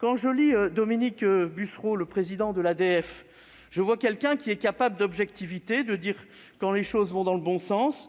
de Dominique Bussereau, président de l'ADF, je vois que c'est quelqu'un qui est capable d'objectivité, apte à dire quand les choses vont dans le bon sens